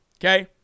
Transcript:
okay